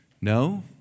No